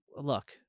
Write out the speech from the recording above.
Look